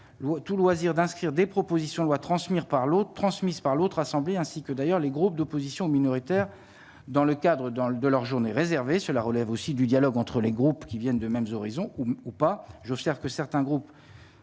tout loisir d'inscrire des propositions de loi transmis par l'eau, transmise par l'autre assemblée ainsi que d'ailleurs les groupes d'opposition minoritaire dans le cadre dans l'de leur journée réservées, cela relève aussi du dialogue entre les groupes qui viennent d'eux-mêmes horizons ou pas, j'observe que certains groupes,